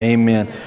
Amen